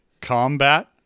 combat